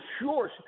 sure –